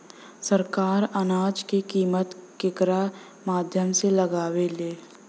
सरकार अनाज क कीमत केकरे माध्यम से लगावे ले?